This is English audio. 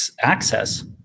access